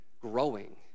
growing